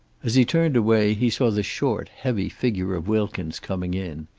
as he turned away he saw the short, heavy figure of wilkins coming in.